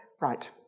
right